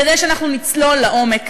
כדי שאנחנו נצלול לעומק,